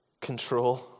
control